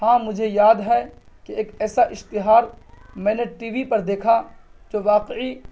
ہاں مجھے یاد ہے کہ ایک ایسا اشتہار میں نے ٹی وی پر دیکھا جو واقعی